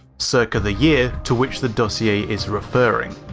circa the year to which the dossier is referring.